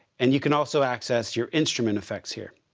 and you can also access your instrument effects here.